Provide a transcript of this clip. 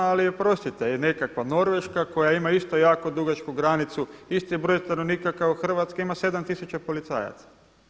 Ali oprostite i nekakva Norveška koja ima isto jako dugačku granicu, isti je broj stanovnika kao Hrvatska ima 7000 policajaca.